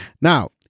Now